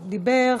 דיבר,